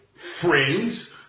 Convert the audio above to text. friends